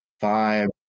five